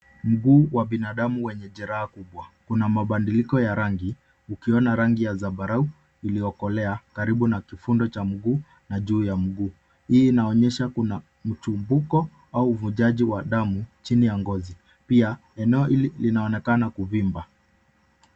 Mguu wa binadamu wenye jeraha kubwa. Kuna mabadiliko ya rangi, ukiona rangi ya zambarau uliokolea, karibu na kifundo cha mguu, na juu ya mguu. Hii inaonyesha kuna mtumbuko au uvujaji wa damu, chini ya ngozi. Pia eneo hili linaonekana kuvimba.